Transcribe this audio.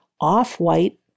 off-white